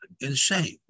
Insane